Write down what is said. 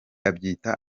abyita